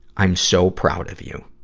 i'm so proud of you.